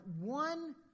one